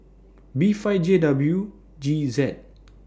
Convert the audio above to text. B five J W G Z